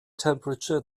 temperature